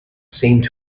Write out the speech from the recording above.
seemed